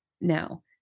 now